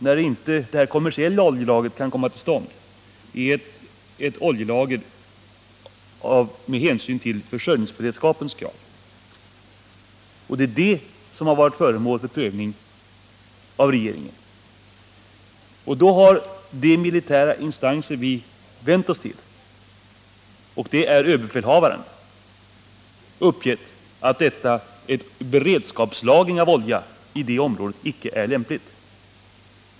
När det kommersiella oljelagret inte kunde komma till stånd föreslog Vattenfall ett oljelager med hänsyn till försörjningsberedskapens krav. Det är det lagret som har varit föremål för prövning av regeringen. Den militära instans som vi har vänt oss till - överbefälhavaren — har uppgivit att beredskapslagring av olja i Hargshamnsområdet icke är lämplig.